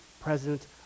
president